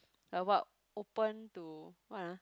like what open to what ah